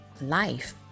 life